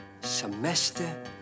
semester